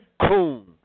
Coon